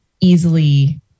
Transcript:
easily